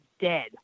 dead